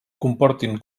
comportin